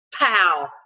pow